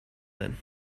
then